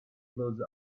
close